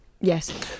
Yes